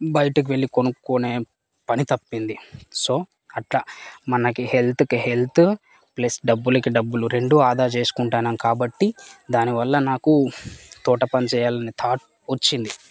బయటకి వెళ్ళి కొనుక్కొనే పని తప్పింది సో అట్టా మనకి హెల్తుకి హెల్తు ప్లస్ డబ్బులికి డబ్బులు రెండూ ఆదా చేసుకుంటన్నాం కాబట్టి దానివల్ల నాకు తోటపని చేయాలని థాట్ వచ్చింది